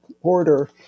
order